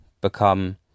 become